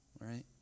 right